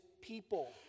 people